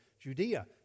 Judea